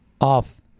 off